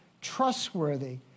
trustworthy